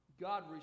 God